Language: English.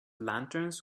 lanterns